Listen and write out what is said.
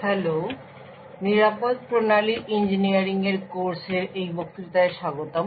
hello এবং secure system engineering এর কোর্সের এই বক্তৃতায় স্বাগতম